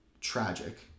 tragic